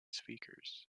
speakers